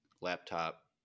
laptop